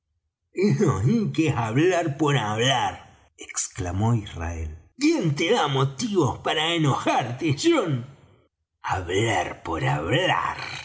es hablar por hablar exclamó israel quién te da motivo para enojarte john hablar por hablar